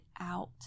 out